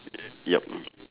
ya